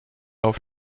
auf